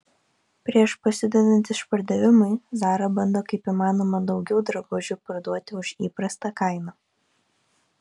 prieš prasidedant išpardavimui zara bando kaip įmanoma daugiau drabužių parduoti už įprastą kainą